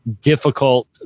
difficult